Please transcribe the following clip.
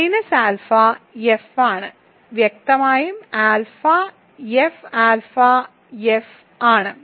minus alpha F ആണ് വ്യക്തമായും alpha F alpha F ആണ്